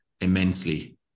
immensely